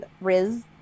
Riz